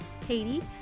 Katie